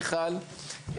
מיכל,